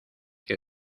que